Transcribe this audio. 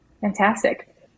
Fantastic